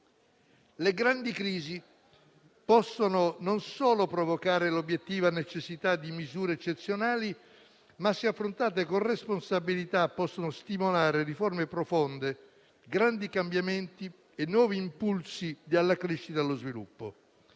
Le grandi crisi non solo possono provocare l'obiettiva necessità di misure eccezionali, ma, se affrontate con responsabilità, possono stimolare riforme profonde, grandi cambiamenti e nuovi impulsi alla crescita e allo sviluppo.